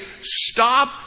stop